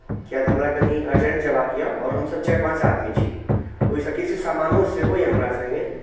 किएक तऽ हमरा कनि अर्जेंट जयबाक यए आओर हमसभ चारि पाँच आदमी छी ओहिसँ किछु किछु सामानो सेहो यए हमरा सङ्गे